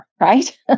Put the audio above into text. right